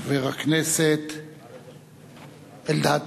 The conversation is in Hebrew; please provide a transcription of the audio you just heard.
חבר הכנסת אלדד.